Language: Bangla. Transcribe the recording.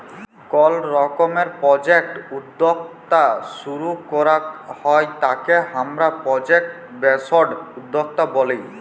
কল রকমের প্রজেক্ট উদ্যক্তা শুরু করাক হ্যয় তাকে হামরা প্রজেক্ট বেসড উদ্যক্তা ব্যলি